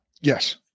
Yes